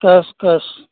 cash cash